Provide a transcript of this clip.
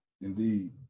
Indeed